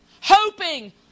hoping